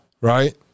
right